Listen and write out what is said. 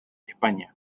españa